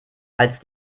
als